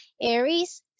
Aries